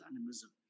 animism